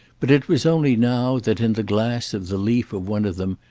but it was only now that, in the glass of the leaf of one of them,